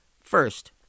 First